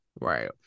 right